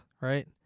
right